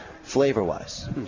Flavor-wise